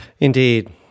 Indeed